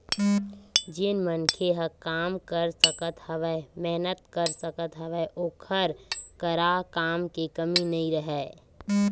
जेन मनखे ह काम कर सकत हवय, मेहनत कर सकत हवय ओखर करा काम के कमी नइ राहय